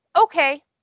Okay